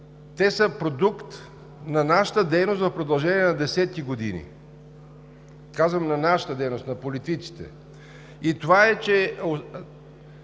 са продукт на нашата дейност в продължение на десетки години – казвам на нашата дейност, на политиците. Това е, че